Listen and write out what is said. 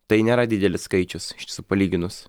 tai nėra didelis skaičius palyginus